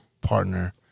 partner